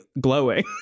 glowing